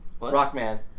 Rockman